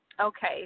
Okay